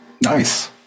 Nice